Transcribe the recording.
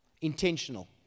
Intentional